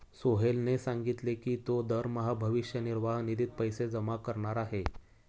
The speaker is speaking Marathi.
सोहेलने सांगितले की तो दरमहा भविष्य निर्वाह निधीत पैसे जमा करणार आहे